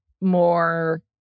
more